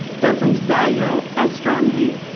doesn't value it as strongly,